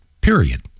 Period